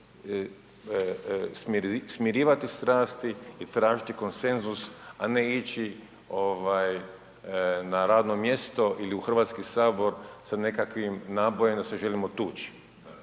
smirivati strasti i tražiti konsenzus, a ne ići na radno mjesto ili u HS sa nekakvim nabojem da se želimo tuči.